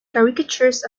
caricatures